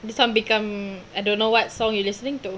this time become I don't know what song you listening to